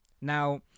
Now